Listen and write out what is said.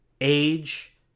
age